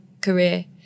career